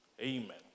Amen